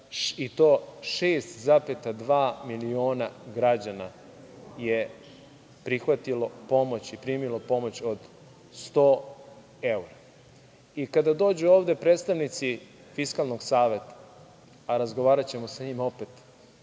i to 6,2 miliona građana je prihvatilo pomoć i primilo pomoć od 100 evra. Kada dođu ovde predstavnici Fiskalnog saveta, a razgovaraćemo sa njima opet